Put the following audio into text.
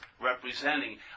representing